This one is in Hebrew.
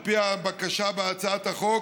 על פי הבקשה בהצעת החוק,